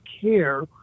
care